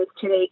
today